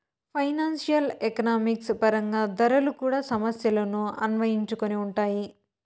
financial economics పరంగా ధరలు కూడా సమస్యలను అన్వయించుకొని ఉంటాయి